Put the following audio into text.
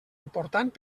important